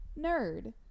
nerd